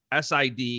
SID